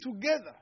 together